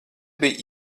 bija